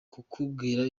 kukubwira